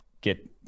get